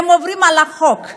הם עוברים על החוק,